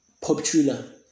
popular